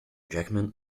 jackman